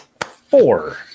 four